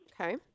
Okay